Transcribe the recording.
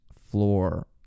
floor